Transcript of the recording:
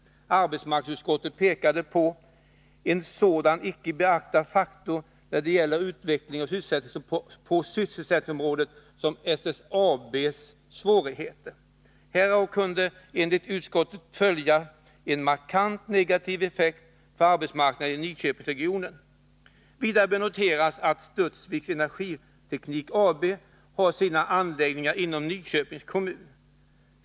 Arbetsmarknadsutskottet pekade på ”en sådan icke beaktad faktor när det gäller utvecklingen på sysselsättningsområdet som SSAB:s svårigheter”. Härav kunde enligt utskottet följa ”en markant negativ effekt för arbetsmarknaden i Nyköpingsregionen”. Vidare bör noteras, att Studsvik Energiteknik AB har sina anläggningar inom Nyköpings kommun.